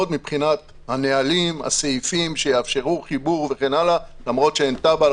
מבחינת הנהלים והסעיפים שיאפשרו חיבור וכן הלאה למרות שאין תב"ע,